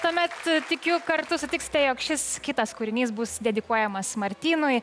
tuomet tikiu kartu sutiksite jog šis kitas kūrinys bus dedikuojamas martynui